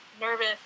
nervous